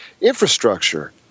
infrastructure